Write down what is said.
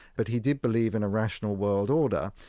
but he did believe in a rational world order,